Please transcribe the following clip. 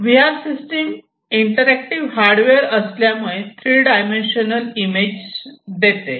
V R system interactive hardware आधारित असल्यामुळे three dimensional image देते